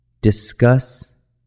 discuss